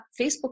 Facebook